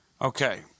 Okay